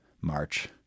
March